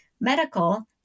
medical